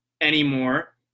anymore